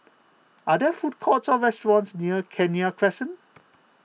are there food courts or restaurants near Kenya Crescent